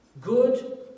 good